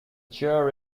chair